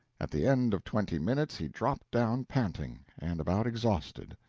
at the end of twenty minutes he dropped down panting, and about exhausted.